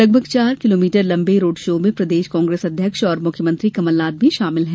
लगभग चार किलोमीटर लंबे रोडशो में प्रदेश कांग्रेस अध्यक्ष और मुख्यमंत्री कमलनाथ भी शामिल हैं